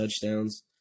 touchdowns